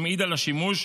שמעיד על השימוש,